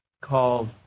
called